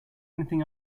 anything